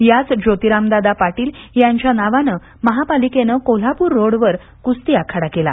याच ज्योतिरामदादा पाटील यांच्या नावानं महापालिकेनं कोल्हापूर रोडवर क्रस्ती आखाडा केला